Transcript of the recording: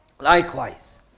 Likewise